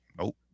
Nope